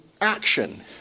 action